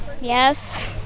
Yes